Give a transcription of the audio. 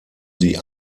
sie